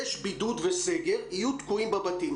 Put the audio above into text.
יש בידוד וסגר, יהיו תקועים בבתים.